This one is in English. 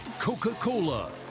Coca-Cola